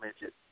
midget